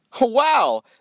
Wow